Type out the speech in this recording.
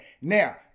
Now